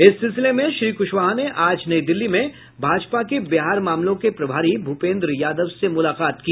इस सिलसिले में श्री कुशवाहा ने आज नई दिल्ली में भाजपा के बिहार मामलों के प्रभारी भूपेंद्र यादव से मुलाकात की